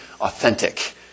authentic